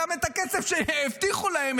גם את הכסף שהבטיחו להם,